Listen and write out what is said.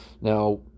Now